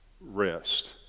rest